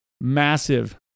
massive